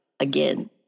Again